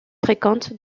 fréquente